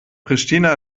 pristina